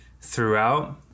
throughout